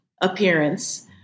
appearance